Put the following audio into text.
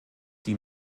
die